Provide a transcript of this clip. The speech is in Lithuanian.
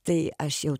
tai aš jau